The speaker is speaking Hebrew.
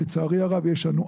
לצערי הרב, יש לנו.